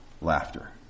laughter